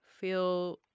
feel